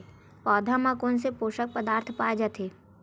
पौधा मा कोन से पोषक पदार्थ पाए जाथे?